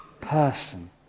person